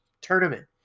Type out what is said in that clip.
tournament